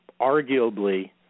arguably